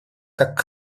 как